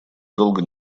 долго